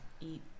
eat